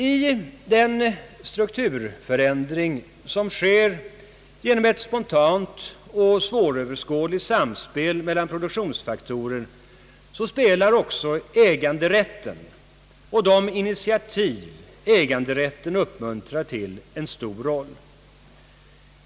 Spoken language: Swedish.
I den strukturförändring, som sker genom ett spontant och svåröverskådligt samspel mellan produktionsfaktorer, spelar också äganderätten och de initiativ äganderätten uppmuntrar till en stor roll.